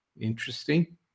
interesting